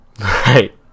Right